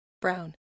brown